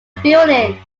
feeling